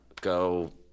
go